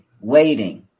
waiting